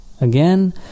Again